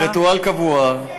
זה ריטואל קבוע.